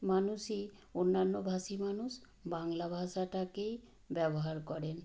মানুষই অন্যান্য ভাষী মানুষ বাংলা ভাষাটাকেই ব্যবহার করেন